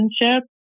relationship